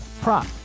prop